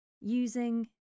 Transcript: using